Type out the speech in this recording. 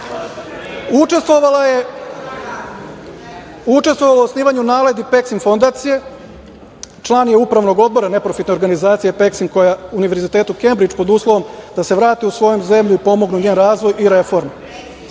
kako. Učestvovala je u osnivanju NALED i PEXIM fondacije. Član je Upravnog odbora neprofitne organizacije PEXIM, Univerziteta „Kembridž“, pod uslovom da se vrati u svoju zemlju i pomogne njen razvoj i reformu.